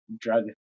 drug